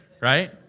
right